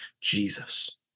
Jesus